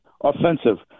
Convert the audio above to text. offensive